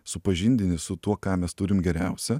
supažindini su tuo ką mes turim geriausia